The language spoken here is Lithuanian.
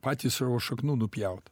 patys savo šaknų nupjaut